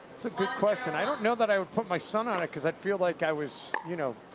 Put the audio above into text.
that's a good question. i don't know that i would put my son on it because i'd feel like i was, you know,